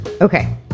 Okay